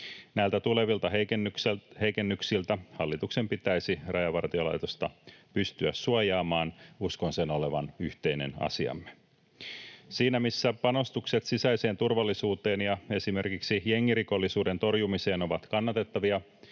Näiltä tulevilta heikennyksiltä hallituksen pitäisi Rajavartiolaitosta pystyä suojaamaan. Uskon sen olevan yhteinen asiamme. Siinä, missä panostukset sisäiseen turvallisuuteen ja esimerkiksi jengirikollisuuden torjumiseen ovat kannatettavia,